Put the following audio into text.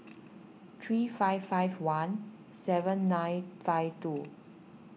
three five five one seven nine five two